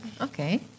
Okay